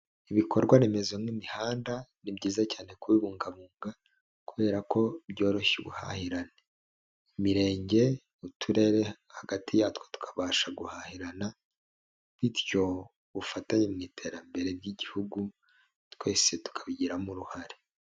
Ibikorwaremezo n'imihanda, ni byiza cyane kubungabunga, kubera ko byoroshya ubuhahirane, Imirenge, Uturere hagati yatwo tukabasha guhahirana, bityo ubufatanye mu iterambere ry'igihugu twese tukabigiramo uruhare.